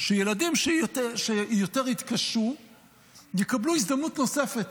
שילדים שיותר יתקשו יקבלו הזדמנות נוספת,